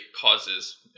causes